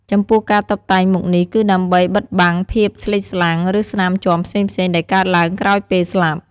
ចំពោះការតុបតែងមុខនេះគឺដើម្បីបិទបាំងភាពស្លេកស្លាំង ឬស្នាមជាំផ្សេងៗដែលកើតឡើងក្រោយពេលស្លាប់។